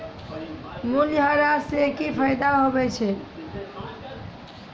मूल्यह्रास से कि फायदा होय छै?